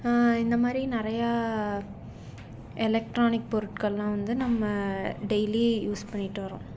இந்தமாதிரி நிறையா எலெக்ட்ரானிக் பொருட்கள்லாம் வந்து நம்ம டெய்லி யூஸ் பண்ணிகிட்டு வரோம்